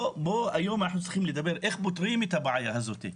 היום אנחנו צריכים לדבר על השאלה איך פותרים את הבעיה הזאת,